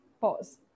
Pause